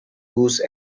goose